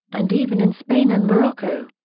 and even in spain and morocco.